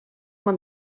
man